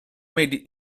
made